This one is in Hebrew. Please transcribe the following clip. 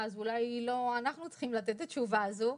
אז אולי לא אנחנו צריכים לתת את התשובה הזו,